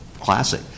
classic